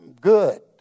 good